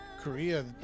Korea